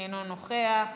אינו נוכח,